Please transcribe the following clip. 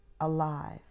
alive